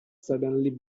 suddenly